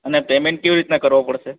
અને પેમેન્ટ કેવી રીતના કરવા પડશે